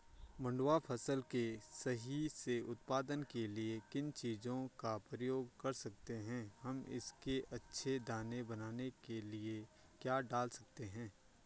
मंडुवा फसल के सही से उत्पादन के लिए किन चीज़ों का प्रयोग कर सकते हैं हम इसके अच्छे दाने बनाने के लिए क्या डाल सकते हैं?